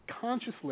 consciously